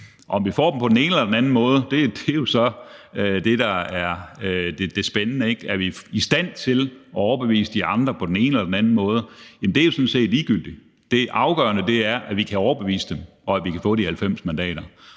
Om vi får dem på den ene eller den anden måde, er jo så det, der er det spændende. Om det er på den ene eller den anden måde, vi er i stand til at overbevise de andre, er sådan set ligegyldigt. Det afgørende er, at vi kan overbevise dem, og at vi kan få de 90 mandater,